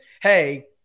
hey